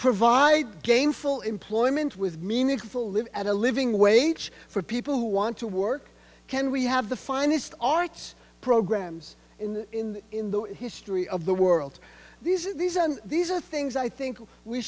provide gainful employment with meaningful live and a living wage for people who want to work can we have the finest arts programs in in the history of the world these are these and these are things i think we